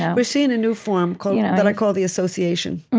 and we're seeing a new form called that i call the association.